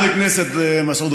חבר הכנסת מסעוד